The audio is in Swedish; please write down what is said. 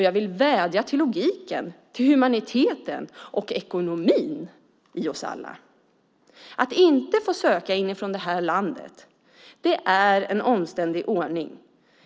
Jag vill vädja till logiken, humaniteten och ekonomin i oss alla. Att inte få söka arbetstillstånd inifrån Sverige är en omständlig ordning.